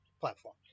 platform